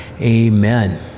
Amen